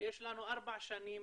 יש לנו ארבע שנים,